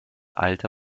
alte